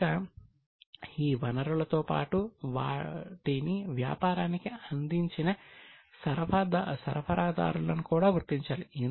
ఇంకా ఈ వనరులతో పాటు వాటిని వ్యాపారానికి అందించిన సరఫరాదారులను కూడా గుర్తించాలి